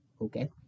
Okay